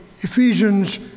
Ephesians